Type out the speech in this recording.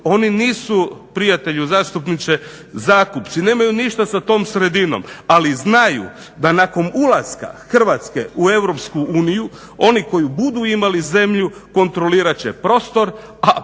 Oni nisu prijatelji zastupniče zakupnici nemaju ništa sa tom sredinom. Ali znaju da nakon ulaska Hrvatske u EU oni koji budu imali zemlju kontrolirat će prostor, a preko